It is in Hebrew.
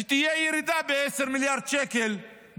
כשתהיה ירידה ב-10 מיליארד בערך